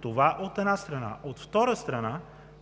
Това, от една страна. От втора страна,